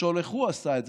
לשאול איך הוא עשה את זה.